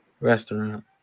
Restaurant